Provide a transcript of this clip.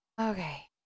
Okay